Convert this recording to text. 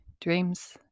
dreams